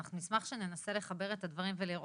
אנחנו נשמח שננסה לחבר את הדברים ולראות